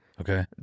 Okay